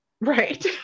right